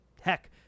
heck